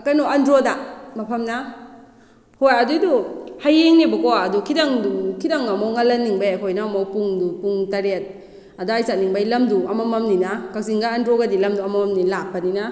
ꯀꯩꯅꯣ ꯑꯟꯗ꯭ꯔꯣꯗ ꯃꯐꯝꯅ ꯍꯣꯏ ꯑꯗꯨꯏꯗꯨ ꯍꯌꯦꯡꯅꯦꯕꯀꯣ ꯑꯗꯨ ꯈꯤꯇꯪꯗꯨ ꯈꯤꯇꯪ ꯑꯃꯨꯛ ꯉꯜꯍꯟꯅꯤꯡꯕꯩ ꯑꯩꯈꯣꯏꯅ ꯑꯃꯨꯛ ꯄꯨꯡꯗꯨ ꯄꯨꯡ ꯇꯔꯦꯠ ꯑꯗꯥꯏ ꯆꯠꯅꯤꯡꯕꯩ ꯂꯝꯗꯨ ꯑꯃꯃꯝꯅꯤꯅ ꯀꯛꯆꯤꯡꯒ ꯑꯟꯗ꯭ꯔꯣꯒꯗꯤ ꯂꯝꯗꯨ ꯑꯃꯃꯝꯅꯤ ꯂꯥꯞꯄꯅꯤꯅ